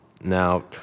Now